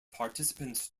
participants